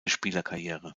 spielerkarriere